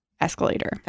escalator